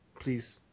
Please